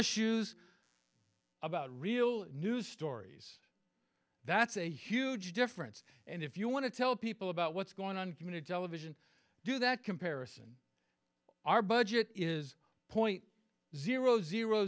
issues about real news stories that's a huge difference and if you want to tell people about what's going on community television do that comparison our budget is point zero